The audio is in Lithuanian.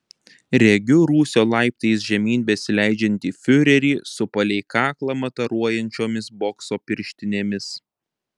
regiu rūsio laiptais žemyn besileidžiantį fiurerį su palei kaklą mataruojančiomis bokso pirštinėmis